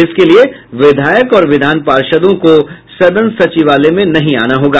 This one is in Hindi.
इसके लिये विधायक और विधान पार्षदों को सदन सचिवालय में नहीं आना होगा